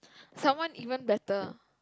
someone even better